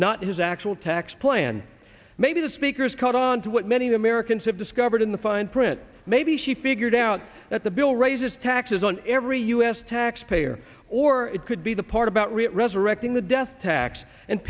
not his actual tax plan maybe the speaker's caught on to what many americans have discovered in the fine print maybe she figured out that the bill raises taxes on every u s taxpayer or it could be the part about resurrecting the death tax and